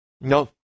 No